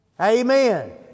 Amen